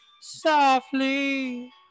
Softly